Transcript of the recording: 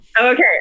Okay